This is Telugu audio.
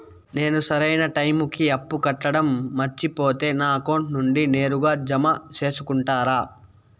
నేను సరైన టైముకి అప్పు కట్టడం మర్చిపోతే నా అకౌంట్ నుండి నేరుగా జామ సేసుకుంటారా?